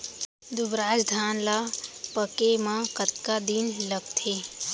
दुबराज धान ला पके मा कतका दिन लगथे?